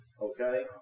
Okay